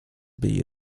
byli